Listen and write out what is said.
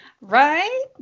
Right